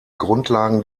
grundlagen